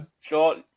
short